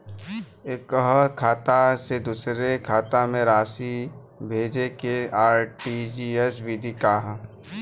एकह खाता से दूसर खाता में राशि भेजेके आर.टी.जी.एस विधि का ह?